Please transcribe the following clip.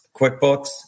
QuickBooks